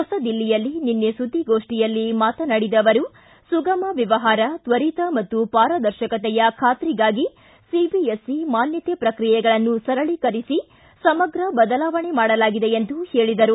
ಹೊಸದಿಲ್ಲಿಯಲ್ಲಿ ನಿನ್ನೆ ಸುದ್ದಿಗೋಷ್ಠಿಯಲ್ಲಿ ಮಾತನಾಡಿದ ಅವರು ಸುಗಮ ವ್ಯವಹಾರ ತ್ವರಿತ ಮತ್ತು ಪಾರದರ್ಶಕತೆಯ ಬಾತ್ರಿಗಾಗಿ ಸಿಬಿಎಸ್ಇ ಮಾನ್ಯತೆ ಪ್ರಕ್ರಿಯೆಗಳನ್ನು ಸರಳೀಕರಿಸಿ ಸಮಗ್ರ ಬದಲಾವಣೆ ಮಾಡಲಾಗಿದೆ ಎಂದರು